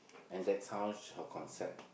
and that's how she her concept